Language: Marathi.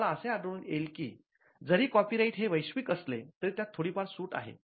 तुम्हाला असे आढळून येईल की जरी कॉपीराइट हे वैश्विक असले तरी त्यात थोडीफार सूट आहे